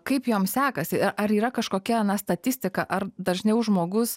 kaip jom sekasi ar yra kažkokia na statistika ar dažniau žmogus